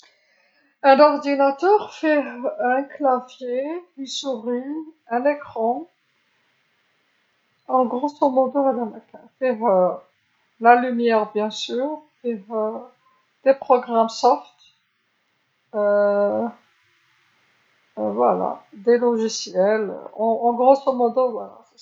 حاسوب فيه لوحة المفاتيح، فأرة، شاشة، كبير، ها ماكان، فيه الإضاءة طبعا، فيه برامج العرض، برامج، كبير.